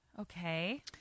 Okay